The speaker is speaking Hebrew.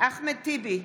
בהצבעה אחמד טיבי,